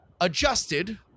adjusted